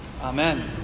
Amen